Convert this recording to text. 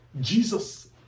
Jesus